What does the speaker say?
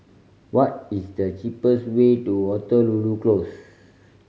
what is the cheapest way to Waterloo Close